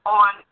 on